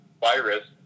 virus